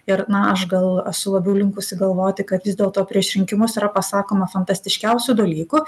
ir na aš gal esu labiau linkusi galvoti kad vis dėlto prieš rinkimus yra pasakoma fantastiškiausių dalykų